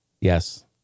Yes